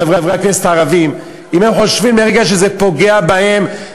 חברי הכנסת הערבים: אם הם חושבים לרגע שזה פוגע בהם,